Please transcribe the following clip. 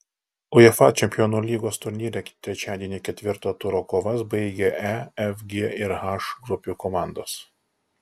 uefa čempionų lygos turnyre trečiadienį ketvirto turo kovas baigė e f g ir h grupių komandos